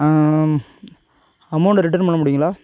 amount return பண்ண முடியுங்களா